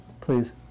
Please